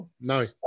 no